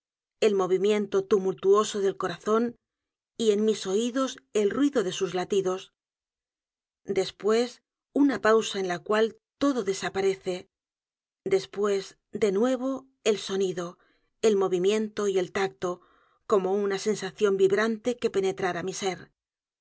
el movimiento tumultuoso del corazón y el pozo y el péndulo en mis oídos el ruido de sus latidos después una pausa en la cual todo desaparece después de nuevo el sonido el movimiento y el tacto como una sensación vibrante que penetrara mi ser